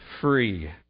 Free